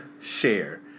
share